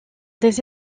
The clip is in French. des